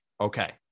Okay